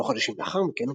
כמה חודשים לאחר מכן,